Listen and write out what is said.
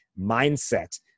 mindset